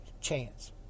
chance